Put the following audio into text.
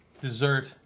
dessert